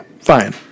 fine